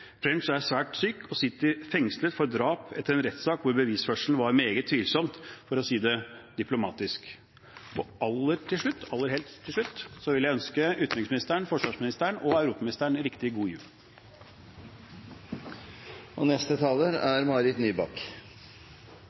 French tilbake til Norge. French er svært syk og sitter fengslet for drap etter en rettssak hvor bevisførselen var meget tvilsom, for å si det diplomatisk. Og helt, helt til slutt vil jeg ønske utenriksministeren, forsvarsministeren og europaministeren riktig god jul! La meg først komme med en kort kommentar til noe som representanten Tybring-Gjedde nettopp sa, og